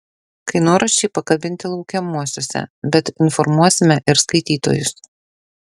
kainoraščiai pakabinti laukiamuosiuose bet informuosime ir skaitytojus